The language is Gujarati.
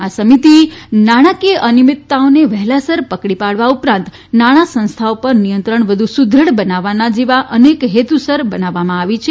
આ સમિતિ નાણાંકીય અનિયમિતતાઓને વહેલાસર પકડી પાડવા ઉપરાંત નાણાં સંસ્થાઓ પર નિયંત્રણ વધુ સુદૃઢ બનાવવા જેવા અનેક હેતુસર બનાવવામાં આવી છે